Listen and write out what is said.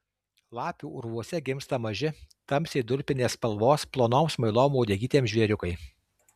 lapių urvuose gimsta maži tamsiai durpinės spalvos plonom smailom uodegytėm žvėriukai